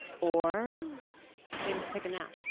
or they just take a nap.